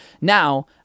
Now